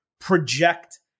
project